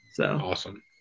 Awesome